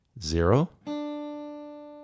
Zero